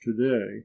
today